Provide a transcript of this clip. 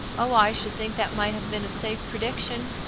oh, i should think that might have been a safe prediction.